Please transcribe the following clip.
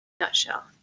nutshell